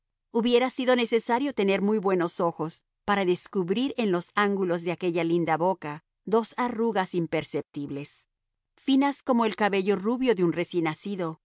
hubiera sido necesario tener muy buenos ojos para descubrir en los ángulos de aquella linda boca dos arrugas imperceptibles finas como el cabello rubio de un recién nacido